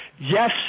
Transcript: Yes